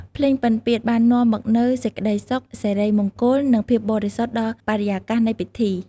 ភ្លេងពិណពាទ្យបាននាំមកនូវសេចក្ដីសុខ សិរីមង្គល និងភាពបរិសុទ្ធដល់បរិយាកាសនៃពិធី។